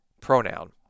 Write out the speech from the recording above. pronoun